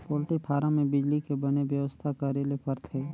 poultry farm में बिजली के बने बेवस्था करे ले परथे